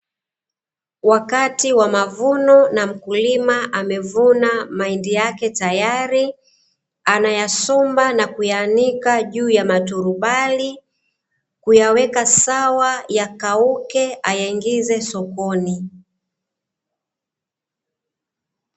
Wakati wa mavuno na mkulima amevuna mahindi yake tayari, anayasomba na kuyaanika juu ya maturubai, kuyaweka sawa yakauke aingize sokoni.